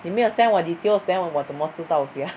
你没有 send 我 details then 我怎么知道 sia